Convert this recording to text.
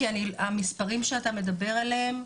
כי המספרים שאתה מדבר עליהם,